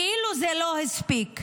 כאילו זה לא הספיק,